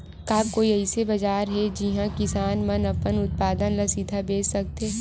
का कोई अइसे बाजार हे जिहां किसान मन अपन उत्पादन ला सीधा बेच सकथे?